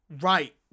right